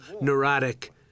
neurotic